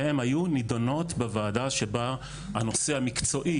והם היו נידונות בוועדה שבה הנושא המקצועי